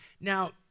Now